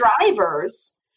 drivers